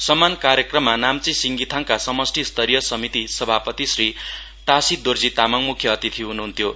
सम्मान कार्यक्रममा नाम्ची सिङगीथाङ समष्ठी स्तरीय समिति सभापति श्री टाशी दोर्जी तामाङ मुख्य अतिथि हुनुहुन्थ्यो